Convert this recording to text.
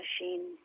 machine